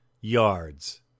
yards